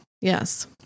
Yes